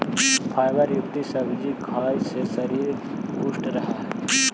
fibre युक्त सब्जी खाए से शरीर पुष्ट रहऽ हइ